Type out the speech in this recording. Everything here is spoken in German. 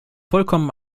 vollkommen